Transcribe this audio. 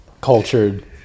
cultured